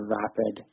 rapid